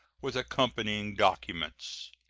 with accompanying documents.